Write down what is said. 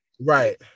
Right